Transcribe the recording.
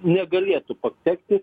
negalėtų patekti